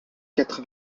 quatre